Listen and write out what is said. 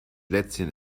lätzchen